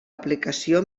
aplicació